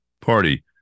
Party